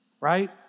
right